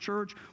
church